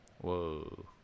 Whoa